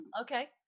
Okay